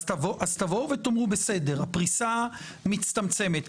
תאמרו: הפריסה מצטמצמת.